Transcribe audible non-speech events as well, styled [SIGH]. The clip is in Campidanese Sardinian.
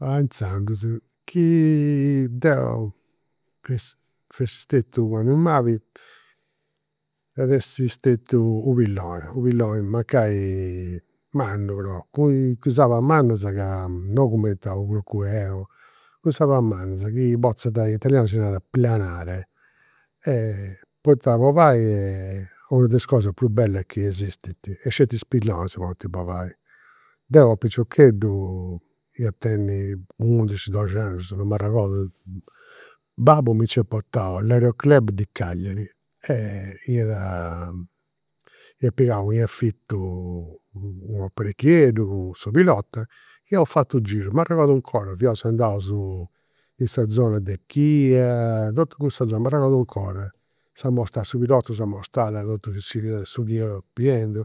Inzandus, chi [HESITATION] deu [HESITATION] fessi stetiu u' animali, iat essi stetiu u' pilloni. U' pilloni mancai mannu però, cun is abas mannas ca, non cumenti a u' cruculeu, cun is abas mannas chi potza, in italianu si narat planare. Poita a bolai est una de is cosa prus bellas chi esistint e sceti is pillonis podint bolai. Deu a piciocheddu, ia tenni undixi doxi annus, non m'arregodada, babbu mi nc'iat portau a s'aereo club di Cagliari e iat [HESITATION] iat pigau in affitu u' aparecchieddu, su pilota e [UNINTELLIGIBLE] fatu u' giru. M'arregodu 'ncora, fiaus andaus in sa zona de Chia, totu cussa zona, m'arregodu 'ncora. S'amostat, su pilota s'amostat totu su chi nci fiat, su chi fiaus biendu.